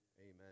Amen